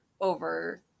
over